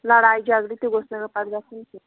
لڑایہِ جگڑٕ تہِ گوٚژھ نہٕ پَتہٕ گژھُن کینٛہہ